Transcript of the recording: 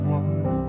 one